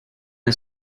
are